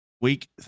Week